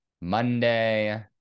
Monday